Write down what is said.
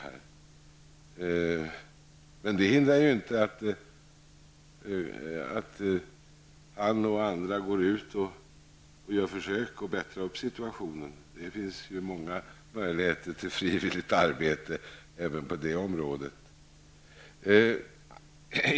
Det hindrar dock inte att han och andra går ut och gör försök att förbättra situationen. Det finns många möjligheter till frivilligt arbete även på det här området.